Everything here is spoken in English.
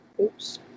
Oops